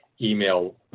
email